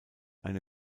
eine